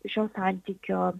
šio santykio